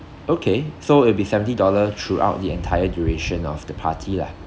okay so it'll be seventy dollar throughout the entire duration of the party lah